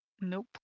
Nope